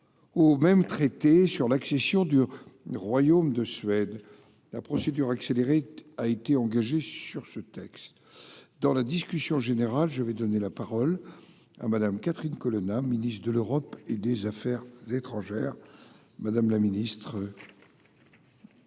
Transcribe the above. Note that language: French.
ou même traité sur l'accession dure une royaume de Suède la procédure accélérée a été engagée sur ce texte dans la discussion générale, je vais donner la parole à Madame Catherine Colonna, ministre de l'Europe. Et des Affaires étrangères, madame la ministre.